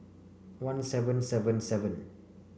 one seven seven seven